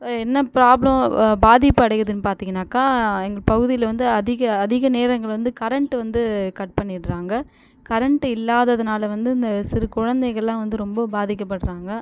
என்ன ப்ராப்ளம் பாதிப்பு அடையுதுன்னு பார்த்தீங்கன்னாக்கா எங்கள் பகுதியில் வந்து அதிக அதிக நேரங்கள் வந்து கரண்ட் வந்து கட் பண்ணிடுறாங்க கரண்ட் இல்லாததுனால் வந்து இந்த சிறு குழந்தைகளெலாம் வந்து ரொம்ப பாதிக்கப்படுறாங்க